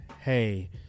hey